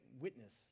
witness